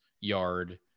yard